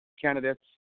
candidates